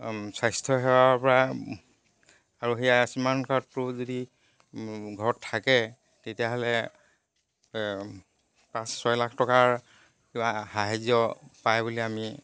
স্বাস্থ্য সেৱাৰ পৰা আৰু সেই আয়ুস্মান কাৰ্ডটো যদি ঘৰত থাকে তেতিয়াহ'লে পাঁচ ছয় লাখ টকাৰ কিবা সাহাৰ্য পায় বুলি আমি